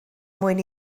mwyn